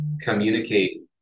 communicate